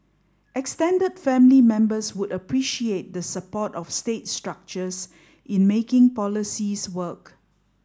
extended family members would appreciate the support of state structures in making policies work